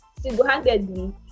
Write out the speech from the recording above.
single-handedly